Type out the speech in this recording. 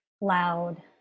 loud